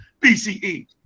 BCE